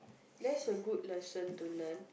that's a good lesson to learn